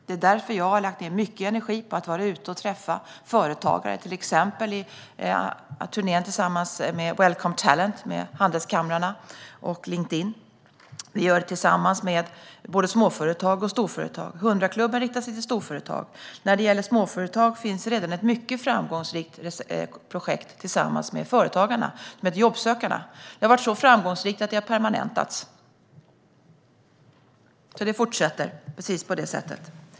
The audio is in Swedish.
Det är därför jag har lagt ned mycket energi på att träffa företagare, till exempel turnén tillsammans med Welcome Talent, handelskamrarna och Linkedin. Vi gör detta tillsammans med både småföretag och storföretag. 100-klubben riktar sig till storföretag. När det gäller småföretag finns redan ett mycket framgångsrikt projekt tillsammans med Företagarna som heter Jobbsökarna. Det har varit så framgångsrikt att det har permanentats. Arbetet fortsätter precis på det sättet.